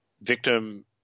victim